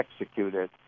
executed